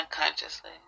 Unconsciously